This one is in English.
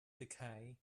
decay